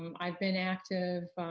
um i've been active,